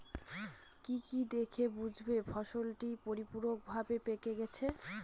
কি কি দেখে বুঝব ফসলটি পরিপূর্ণভাবে পেকে গেছে?